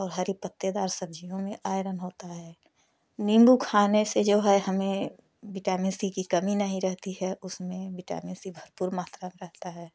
और हरे पत्तेदार सब्जियों में आयरन होता है नींबू खाने से जो है हमें विटामिन सी की कमी नहीं रहती है उसमें विटामिन सी भरपूर मात्रा में रहता है